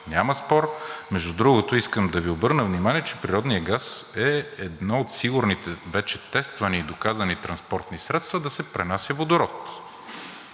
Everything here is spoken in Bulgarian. няма спор. Между другото, искам да Ви обърна внимание, че природният газ е едно от сигурните, вече тествани и доказани транспортни средства да се пренася водород.